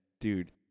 dude